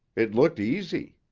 it looked easy.